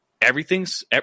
everything's –